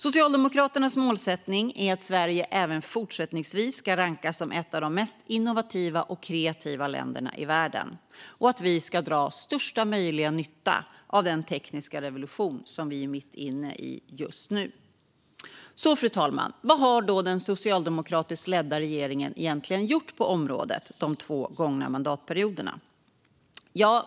Socialdemokraternas målsättning är att Sverige även fortsättningsvis ska rankas som ett av de mest innovativa och kreativa länderna i världen och att vi ska dra största möjliga nytta av den tekniska revolution som vi är mitt inne i just nu. Vad har då den socialdemokratiskt ledda regeringen egentligen gjort på detta område under de gångna två mandatperioderna?